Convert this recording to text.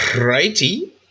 righty